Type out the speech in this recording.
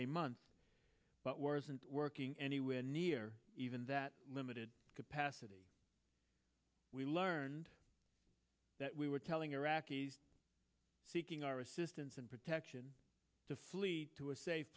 a month but wasn't working anywhere near even that limited capacity we learned that we were telling iraqis seeking our assistance and protection to flee to a safe